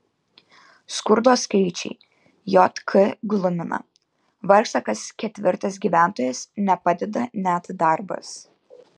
skurdo skaičiai jk glumina vargsta kas ketvirtas gyventojas nepadeda net darbas